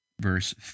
verse